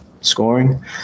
scoring